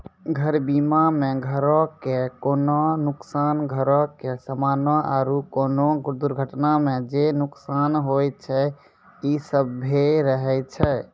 घर बीमा मे घरो के कोनो नुकसान, घरो के समानो आरु कोनो दुर्घटना मे जे नुकसान होय छै इ सभ्भे रहै छै